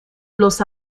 los